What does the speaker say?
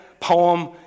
poem